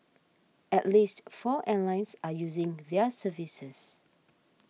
at least four airlines are using their services